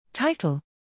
Title